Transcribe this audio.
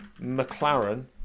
mclaren